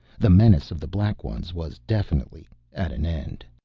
the menace of the black ones was definitely at an end.